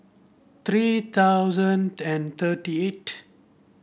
three thousand and thirty eight